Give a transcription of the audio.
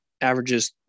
Averages